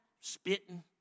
spitting